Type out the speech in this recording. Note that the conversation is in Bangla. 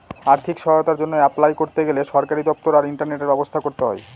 আর্থিক সহায়তার জন্য অ্যাপলাই করতে গেলে সরকারি দপ্তর আর ইন্টারনেটের ব্যবস্থা করতে হয়